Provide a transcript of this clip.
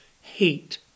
hate